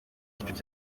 cyiciro